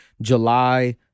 July